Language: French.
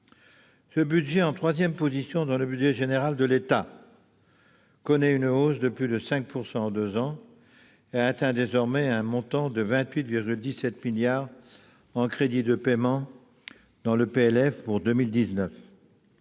Ce budget, en troisième position dans le budget général de l'État, connaît une hausse de plus de 5 % en deux ans, et atteint désormais un montant de 28,17 milliards d'euros en crédits de paiement dans le projet